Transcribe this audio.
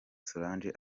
solange